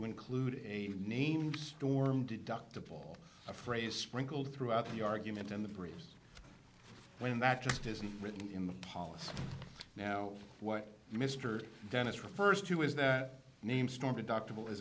include a named storm deductable a phrase sprinkled throughout the argument in the breeze when that just isn't written in the policy now what mr dennis refers to is that name storm adoptable is